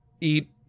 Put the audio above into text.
Eat